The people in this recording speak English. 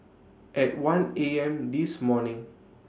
At one A M This morning